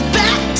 back